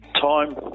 Time